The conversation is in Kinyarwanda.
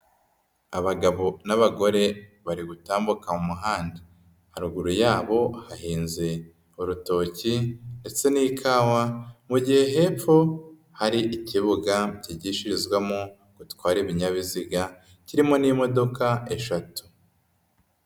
Abagabo n'abagore bari gutambuka mu muhanda, haruguru y'abo hahinze urutoki ndetse n'ikawa, mu gihe hepfo hari ikibuga kigishirizwamo gutwara ibinyabiziga kirimo n'imodoka eshatu.